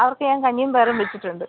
അവർക്ക് ഞാൻ കഞ്ഞിയും പയറും വെച്ചിട്ടുണ്ട്